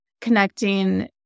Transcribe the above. connecting